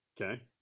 Okay